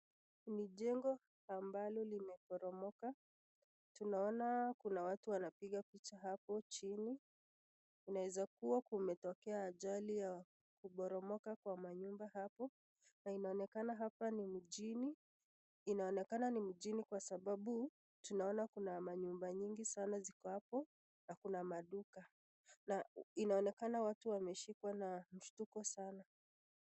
Ni jengo ambalo limeporomoka, tunaona kuna watu wanapiga picha hapo chini, inaweza kuwa kumetokea ajali ya kuporomoka kwa nyumba hapo, na inaonekana hapa ni mjini, inaonekana ni mjini kwa sababu tunaona kuna manyumba nyingi sana ziko hapo na kuna maduka. Na inaonekana watu wameshikwa na mshtuko sana.